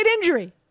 injury